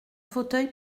fauteuil